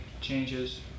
changes